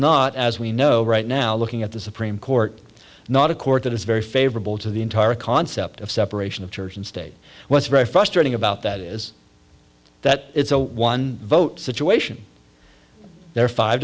not as we know right now looking at the supreme court not a court that is very favorable to the entire concept of separation of church and state what's very frustrating about that is that it's a one vote situation there